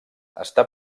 està